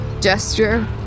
gesture